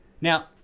Now